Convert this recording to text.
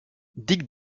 dick